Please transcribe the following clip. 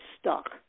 stuck